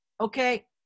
Okay